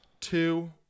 two